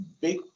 big